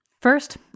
First